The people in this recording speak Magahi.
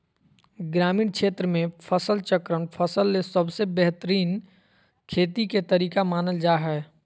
ग्रामीण क्षेत्र मे फसल चक्रण फसल ले सबसे बेहतरीन खेती के तरीका मानल जा हय